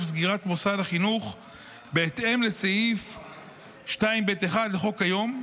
סגירת מוסד החינוך בהתאם לסעיף 2(ב)(1) לחוק כיום,